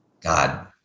God